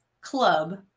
Club